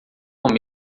com